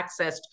accessed